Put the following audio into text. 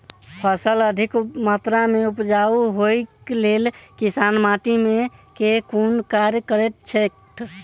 फसल अधिक मात्रा मे उपजाउ होइक लेल किसान माटि मे केँ कुन कार्य करैत छैथ?